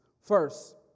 First